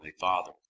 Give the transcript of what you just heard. Father